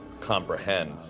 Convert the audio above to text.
comprehend